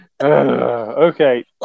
Okay